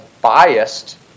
biased